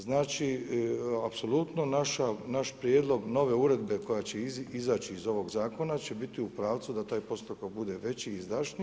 Znači, apsolutno naš prijedlog nove uredbe koja će izaći iz ovog zakona će biti u pravcu da taj postotak bude veći i izdašniji.